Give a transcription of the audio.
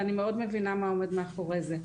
אני מאוד מבינה מה עומד מאחורי זה,